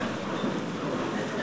(חברי הכנסת מקדמים בקימה את פני נשיא